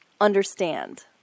understand